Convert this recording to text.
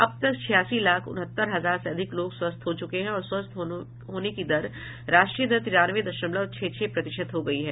अब तक छियासी लाख उनहत्तर हजार से अधिक लोग स्वस्थ हो चुके हैं और स्वस्थ होने की राष्ट्रीय दर तिरानवे दशमलव छह छह प्रतिशत हो गई है